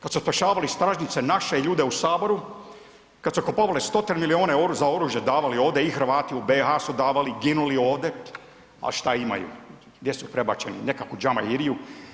Kad su spašavali stražnjice naše ljude u saboru, kad su kupovali stotine milijune za oružje davali ovde i Hrvati u BiH su davali, ginuli ovde, a šta imaju, gdje su prebačeni, u neku džamairiju.